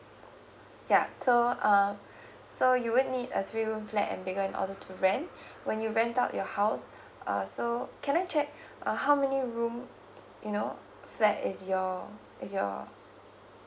yeah so um so you will need a three room flat and bigger in order to rent when you rent out your house uh so can I check uh how many rooms you know flat is your is your